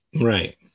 right